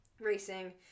racing